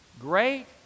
Great